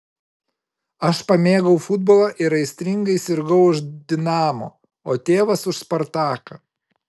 aš pamėgau futbolą ir aistringai sirgau už dinamo o tėvas už spartaką